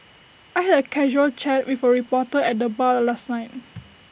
I had A casual chat with A reporter at the bar last night